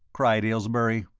cried aylesbury.